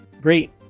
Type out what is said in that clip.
great